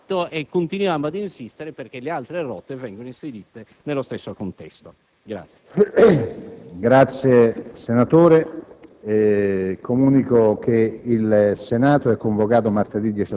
È chiaro che si tratta unicamente di un primo passo; ne prendiamo atto e continueremo a insistere affinché le altre rotte vengano inserite nello stesso contesto.